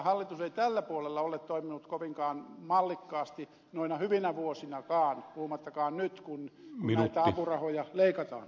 hallitus ei tällä puolella ole toiminut kovinkaan mallikkaasti noina hyvinä vuosinakaan puhumattakaan nyt kun näitä apurahoja leikataan